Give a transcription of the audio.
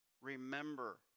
remember